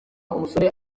umusore